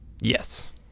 Yes